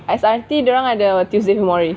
S_R_T dorang ada tuesdays with morrie